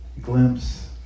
glimpse